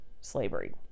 slavery